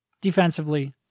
defensively